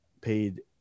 paid